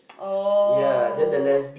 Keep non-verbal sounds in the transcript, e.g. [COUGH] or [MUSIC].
[NOISE] oh